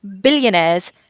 billionaires